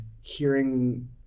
hearing